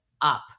up